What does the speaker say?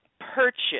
purchase